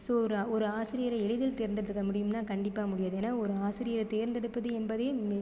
so ஒரு ஒரு ஆசிரியரை எளிதில் தேர்ந்தெடுக்க முடியுனால் கண்டிப்பாக முடியாது ஏன்னால் ஒரு ஆசிரியரை தேர்ந்தெடுப்பது என்பது மிக